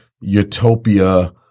utopia